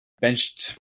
benched